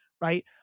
Right